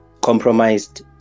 compromised